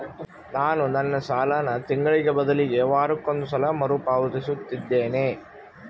ನಾನು ನನ್ನ ಸಾಲನ ತಿಂಗಳಿಗೆ ಬದಲಿಗೆ ವಾರಕ್ಕೊಂದು ಸಲ ಮರುಪಾವತಿಸುತ್ತಿದ್ದೇನೆ